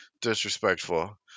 disrespectful